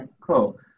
cool